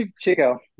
Chico